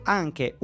anche